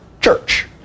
church